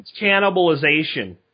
cannibalization